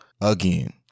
again